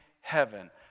heaven